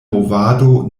movado